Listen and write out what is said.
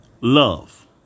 love